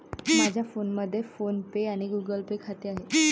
माझ्या फोनमध्ये PhonePe आणि गुगल पे खाते आहे